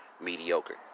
mediocre